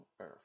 earth